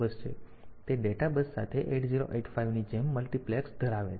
તેથી તે data bus સાથે 8085 ની જેમ મલ્ટિપ્લેક્સ ધરાવે છે